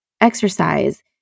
exercise